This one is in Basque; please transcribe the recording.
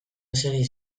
ezeri